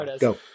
Go